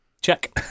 Check